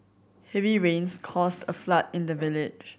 heavy rains caused a flood in the village